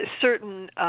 certain –